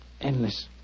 endless